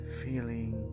feeling